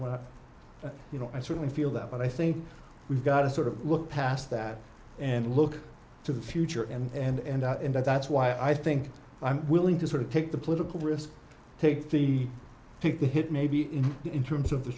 well you know i certainly feel that but i think we've got to sort of look past that and look to the future and and that's why i think i'm willing to sort of take the political risk take the take the hit maybe in in terms of the